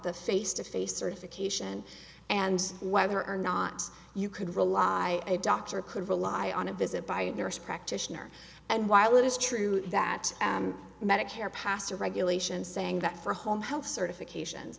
the face to face certification and whether or not you could rely a doctor could rely on a visit by a nurse practitioner and while it is true that medicare paster regulations saying that for home health certification